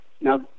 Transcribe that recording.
Now